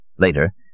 later